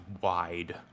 wide